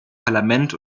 parlament